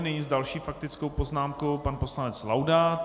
Nyní s další faktickou poznámkou pan poslanec Laudát.